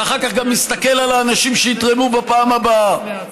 ואחר כך גם יסתכל על האנשים שיתרמו בפעם הבאה.